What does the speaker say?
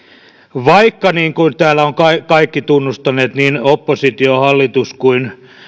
vaikka niin kuin täällä ovat kaikki tunnustaneet niin oppositio hallitus kuin